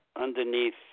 underneath